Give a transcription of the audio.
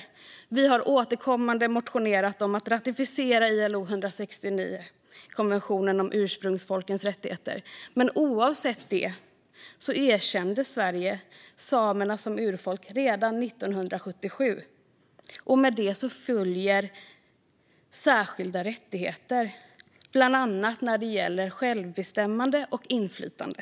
Vi har återkommande motionerat om att ratificera ILO 169, konventionen om ursprungsfolkens rättigheter. Men oavsett det erkände Sverige samerna som urfolk redan 1977. Med det följer särskilda rättigheter, bland annat när det gäller självbestämmande och inflytande.